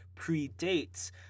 predates